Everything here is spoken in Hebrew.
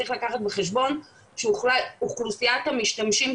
צריך לקחת בחשבון שאוכלוסיית המשתמשים,